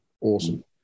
Awesome